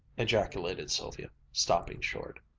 ejaculated sylvia, stopping short.